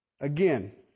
Again